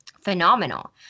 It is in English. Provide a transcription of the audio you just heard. phenomenal